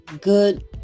good